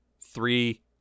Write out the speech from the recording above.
three